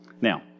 Now